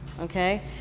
okay